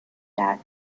that